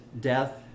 death